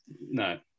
No